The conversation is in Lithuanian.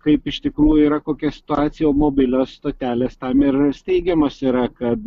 kaip iš tikrųjų yra kokia situacija o mobilios stotelės tam ir yra steigiamos yra kad